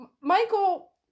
Michael